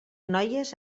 noies